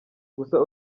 gusa